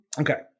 Okay